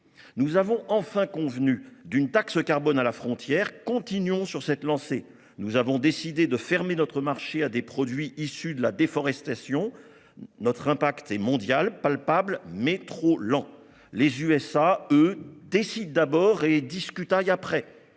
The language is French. Nous avons enfin convenu d'une taxe carbone à la frontière : continuons sur cette lancée ! Nous avons décidé de fermer notre marché à des produits issus de la déforestation. Notre impact est mondial, palpable, mais trop lent. Les États-Unis, eux, décident d'abord et discutaillent après.